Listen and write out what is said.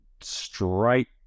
straight